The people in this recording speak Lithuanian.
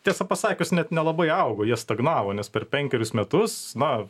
tiesą pasakius net nelabai augo jie stagnavo nes per penkerius metus na